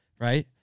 Right